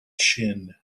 chin